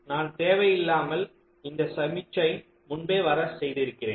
நான் தேவையில்லாமல் இந்த சமிக்ஞை முன்பே வர செய்து இருக்கிறேன்